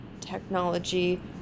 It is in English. technology